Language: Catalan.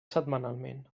setmanalment